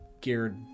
geared